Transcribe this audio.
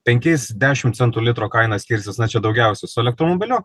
penkiais dešim centų litro kaina skirsis na čia daugiausia su elektromobiliu